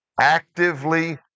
actively